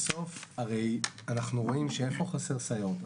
הרי איפה חסרות סייעות?